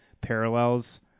parallels